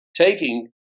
taking